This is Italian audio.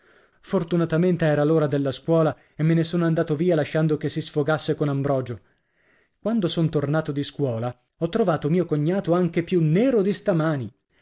fortunatamente era l'ora della scuola e me sono andato via lasciando che si sfogasse con ambrogio quando son tornato di scuola ho trovato mio cognato anche più nero di stamani